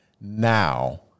now